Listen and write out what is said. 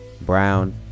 brown